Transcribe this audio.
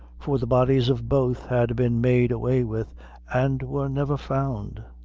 for the bodies of both had been made way with and were never found.